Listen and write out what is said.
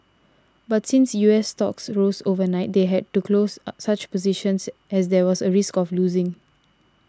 but since U S stocks rose overnight they had to close such positions as there was a risk of losing